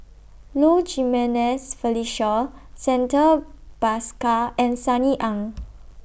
Low Jimenez Felicia Santha Bhaskar and Sunny Ang